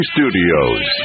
Studios